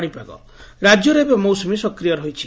ପାଣିପାଗ ରାଜ୍ୟରେ ଏବେ ମୌସ୍ବମୀ ସକ୍ରିୟ ରହିଛି